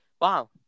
wow